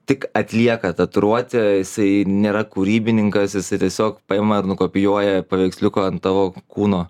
tik atlieka tatuiruotę jisai nėra kūrybininkas jisai tiesiog paima ir nukopijuoja paveiksliuką ant tavo kūno